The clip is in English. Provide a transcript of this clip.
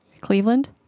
cleveland